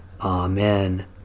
Amen